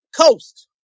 coast